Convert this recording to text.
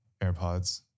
AirPods